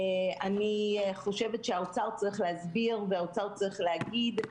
אני חושבת שהאוצר צריך להסביר והאוצר צריך להגיד.